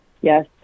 Yes